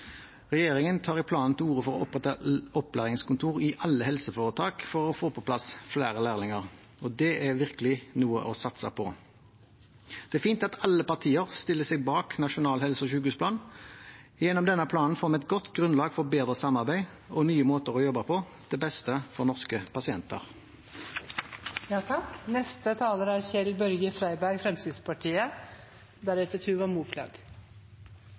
Regjeringen tar i planen til orde for å opprette opplæringskontor i alle helseforetak for å få på plass flere lærlinger, og det er virkelig noe å satse på. Det er fint at alle partier stiller seg bak Nasjonal helse- og sykehusplan. Gjennom denne planen får vi et godt grunnlag for bedre samarbeid og nye måter å jobbe på – til beste for norske